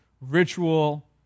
ritual